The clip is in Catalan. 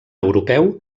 europeu